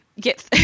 get